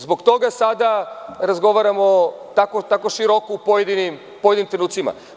Zbog toga sada razgovaramo tako široko u pojedinim trenucima.